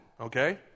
okay